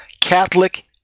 Catholic